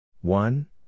One